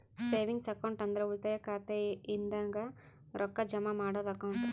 savings account ಅಂದ್ರ ಉಳಿತಾಯ ಖಾತೆ ಇದಂಗ ರೊಕ್ಕಾ ಜಮಾ ಮಾಡದ್ದು ಅಕೌಂಟ್